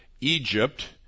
Egypt